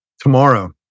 tomorrow